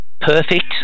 perfect